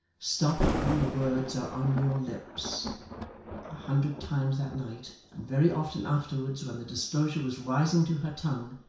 stop when the words are on your lips a hundred times that night, and very often afterwards, when the disclosure was rising to her tongue,